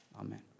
Amen